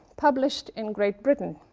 published in great britain.